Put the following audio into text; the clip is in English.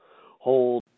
hold